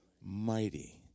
mighty